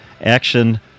action